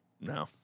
No